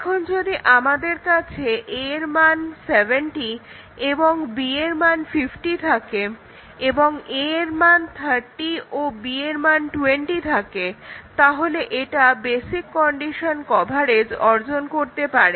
এখন যদি আমাদের কাছে a এর মান 70 ও b এর মান 50 থাকে এবং a এর মান 30 ও b এর মান 20 থাকে তাহলে এটা বেসিক কন্ডিশন কভারেজ অর্জন করতে পারে